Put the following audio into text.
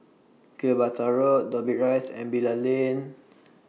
Gibraltar Road Dobbie Rise and Bilal Lane